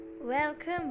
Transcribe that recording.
Welcome